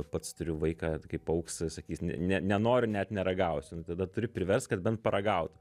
pats turiu vaiką kaip augs sakys ne ne nenoriu net neragausiu nu tada turi priverst kad bent paragautų